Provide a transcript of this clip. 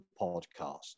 podcast